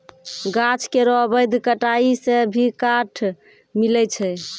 गाछ केरो अवैध कटाई सें भी काठ मिलय छै